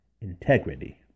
integrity